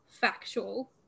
factual